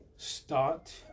start